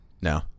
No